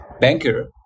Banker